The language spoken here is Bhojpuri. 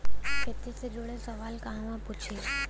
खेती से जुड़ल सवाल कहवा पूछी?